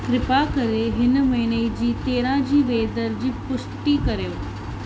कृपा करे हिन महीने जी तेरहं जी वेदर जी पुष्टि करियो